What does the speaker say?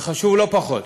והוא חשוב לא פחות.